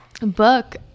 Book